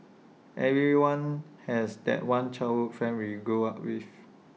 everyone has that one childhood friend we grew up with